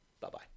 Bye-bye